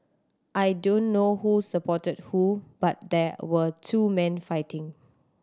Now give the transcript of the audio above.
I don't know who supported who but there were two men fighting